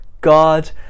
God